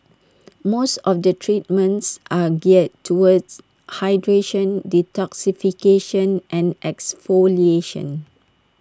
most of the treatments are geared towards hydration detoxification and exfoliation